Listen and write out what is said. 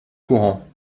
courant